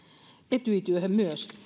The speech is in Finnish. etyj työhön myös